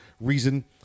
reason